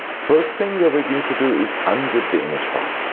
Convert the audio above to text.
first thing that we need to do is unzip the image file.